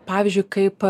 pavyzdžiui kaip